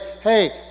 hey